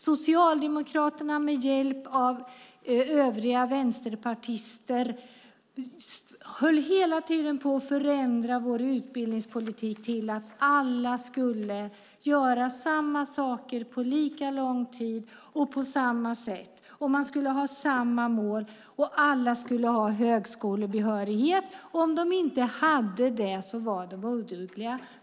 Socialdemokraterna höll med hjälp av övriga partier i vänsterblocket hela tiden på och förändrade vår utbildningspolitik till att alla skulle göra samma saker på lika lång tid och på samma sätt. Man skulle ha samma mål. Alla skulle ha högskolebehörighet, och om de inte hade det var de odugliga.